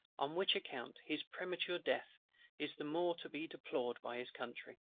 on which account his premature death is the more to be deplored by his country.